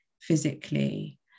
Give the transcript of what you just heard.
physically